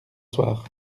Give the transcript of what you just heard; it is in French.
soir